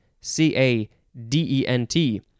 C-A-D-E-N-T